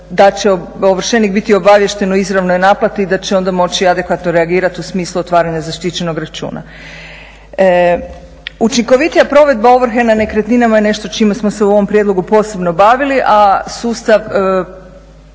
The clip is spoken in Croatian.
da će ovršenik biti obaviješten o izravnoj naplati i da će onda moći adekvatno reagirati u smislu otvaranja zaštićenog računa. Učinkovitija provedba ovrhe na nekretninama je nešto čime smo se u ovom prijedlogu posebno bavili, a sustav